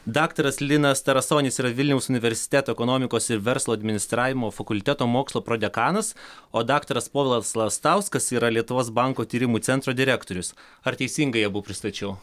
daktaras linas tarasonis yra vilniaus universiteto ekonomikos ir verslo administravimo fakulteto mokslo prodekanas o daktaras povilas lastauskas yra lietuvos banko tyrimų centro direktorius ar teisingai abu pristačiau